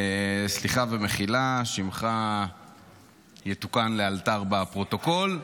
סליחה ומחילה, שמך יתוקן לאלתר בפרוטוקול.